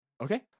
Okay